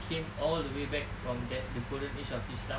came all the way back from that the golden age of islam